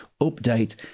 update